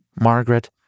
Margaret